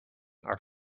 are